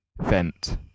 vent